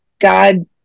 God